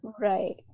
Right